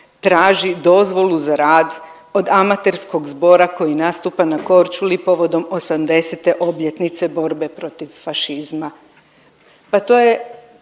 traži dozvolu za rad od amaterskog zbora koji nastupa na Korčuli povodom 80. obljetnice borbe protiv fašizma? Pa to je